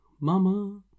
Mama